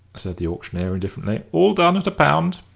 said the auctioneer, indifferently. all done at a pound?